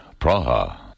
Praha